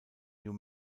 new